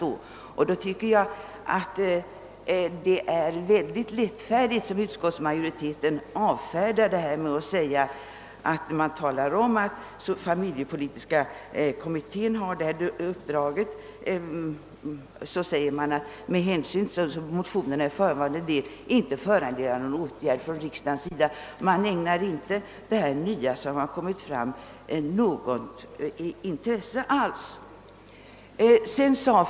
Utskottsmajoriteten gör det lätt för sig genom att avfärda det hela med att tala om att familjepolitiska kommittén har uppdraget och att med hänsyn härtill »bör motionerna i förevarande del inte föranleda någon åtgärd från riksdagens sida». Man ägnar inte själva sakfrågan något intresse alls.